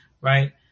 right